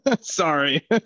sorry